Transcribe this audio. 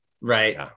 Right